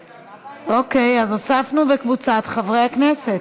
אוקיי, אז הוספנו "וקבוצת חברי הכנסת".